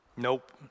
Nope